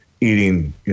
eating